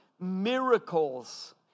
miracles